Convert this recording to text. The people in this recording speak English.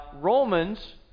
Romans